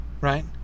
right